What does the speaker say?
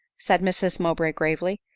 said mrs mowbray gravely.